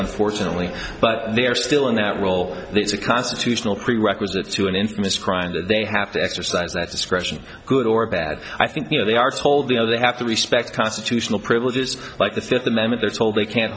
unfortunately but they are still in that role it's a constitutional prerequisite to an infamous crime that they have to exercise that discretion good or bad i think you know they are told you know they have to respect constitutional privilege just like the fifth amendment they're told they can't